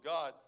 God